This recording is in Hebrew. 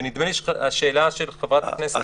ונדמה לי שהשאלה של חברת הכנסת אלהרר בחלקה